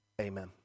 amen